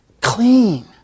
Clean